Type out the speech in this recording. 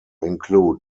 include